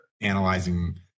analyzing